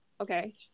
okay